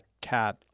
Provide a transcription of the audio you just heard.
cat